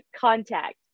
contact